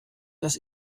dass